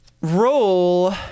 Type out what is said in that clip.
Roll